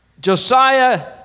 Josiah